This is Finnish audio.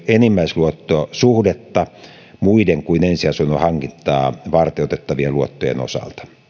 enimmäisluottosuhdetta muiden kuin ensiasunnon hankintaa varten otettavien luottojen osalta